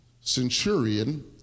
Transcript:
centurion